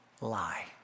lie